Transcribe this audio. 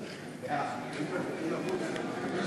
העבירות הכוללות